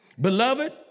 Beloved